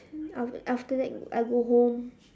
after after that I go home